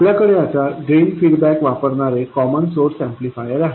आपल्याकडे आता drain feedback वापरणारे कॉमन सोर्स ऍम्प्लिफायर आहे